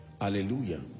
Hallelujah